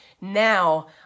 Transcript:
Now